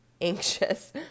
anxious